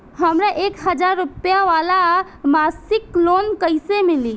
हमरा एक हज़ार रुपया वाला मासिक लोन कईसे मिली?